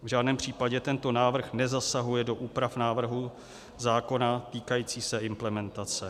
V žádném případě tento návrh nezasahuje do úprav návrhu zákona týkajících se implementace.